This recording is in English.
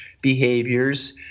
behaviors